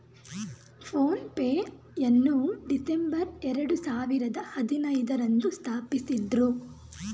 phone pay ಯನ್ನು December ಎರಡು ಸಾವಿರದ ಹದಿನೈದು ರಂದು ಸ್ಥಾಪಿಸಿದ್ದ್ರು